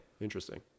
Interesting